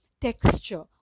texture